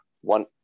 One